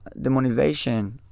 demonization